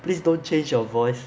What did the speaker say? please don't change your voice